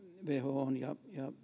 whon ja erityisesti